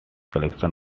collection